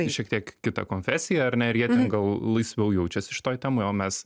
šiek tiek kita konfesija ar ne ir jie ten gal laisviau jaučiasi šitoj temoj o mes